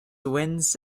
winds